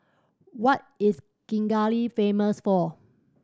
what is Kigali famous for